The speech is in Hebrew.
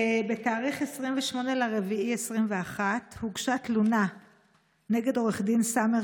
בתאריך 28 באפריל 2021 הוגשה תלונה נגד עו"ד סאמר